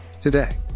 today